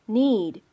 need